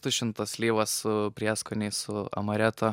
tušintos slyvos su prieskoniais su amaretu